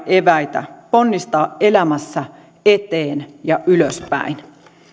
eväitä ponnistaa elämässä eteen ja ylöspäin